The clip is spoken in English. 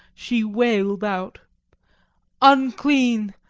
she wailed out unclean!